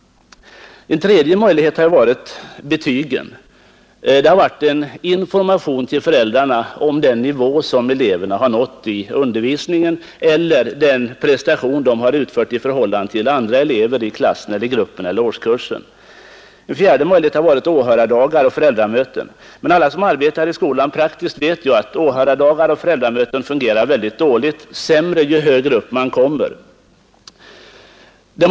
En tredje möjlighet till kontakt har betygen utgjort. De har gett information till föräldrarna om den nivå som eleverna nått i undervisningen eller om den prestation de utfört i förhållande till andra elever i klassen, gruppen eller årskursen. En fjärde möjlighet har varit åhörardagar och föräldramöten. Alla som arbetar i skolan praktiskt vet att åhörardagar och föräldramöten fungerar oerhört dåligt — sämre ju högre upp i årskurserna eleverna kommer.